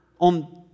On